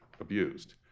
abused